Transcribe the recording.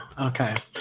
Okay